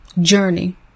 journey